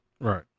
Right